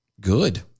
Good